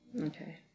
Okay